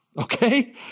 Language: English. okay